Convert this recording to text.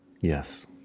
Yes